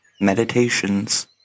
Meditations